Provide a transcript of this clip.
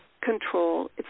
control